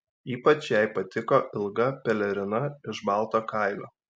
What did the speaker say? ypač jai patiko ilga pelerina iš balto kailio